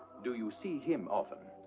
do you see him often?